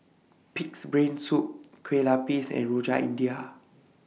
Pig'S Brain Soup Kueh Lupis and Rojak India